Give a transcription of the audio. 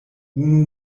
unu